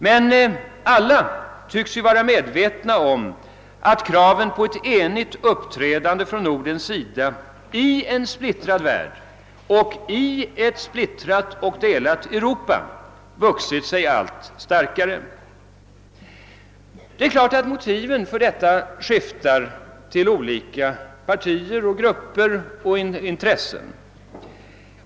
Men alla tycks vara med vetna om att kraven på ett enigt uppträdande från Nordens sida i en splittrad värld och i ett delat Europa vuxit sig allt starkare. Motiven för samarbetet skiftar för olika partier, grupper och intressen.